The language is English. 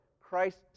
Christ